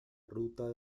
ruta